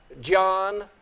John